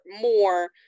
more